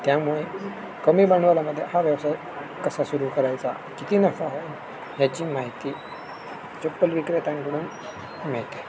त्यामुळे कमी भांडवलामध्ये हा व्यवसाय कसा सुरू करायचा किती नफा आहे ह्याची माहिती चप्पल विक्रेत्यांकडून मिळते